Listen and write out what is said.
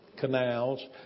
canals